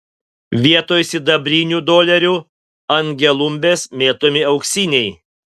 vietoj sidabrinių dolerių ant gelumbės mėtomi auksiniai